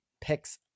picks